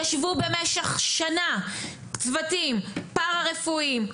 ישבו במשך שנה צוותים פרה-רפואיים,